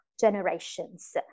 generations